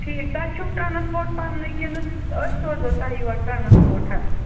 ٹھیٖک تۄہہِ چُھوٕ ٹرٛانَسپوٹ پَنہٕ نُے کِنہٕ أسۍ سوزَو تۄہہِ یورٕ ٹرٛانَسپوٹ حظ